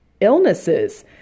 illnesses